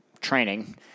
training